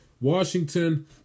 Washington